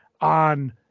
on